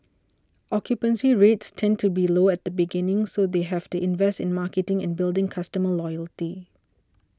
occupancy rates tend to be low at the beginning so they have to invest in marketing and building customer loyalty